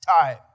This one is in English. time